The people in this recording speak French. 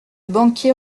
banquier